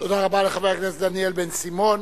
תודה רבה לחבר הכנסת דניאל בן-סימון.